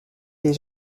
les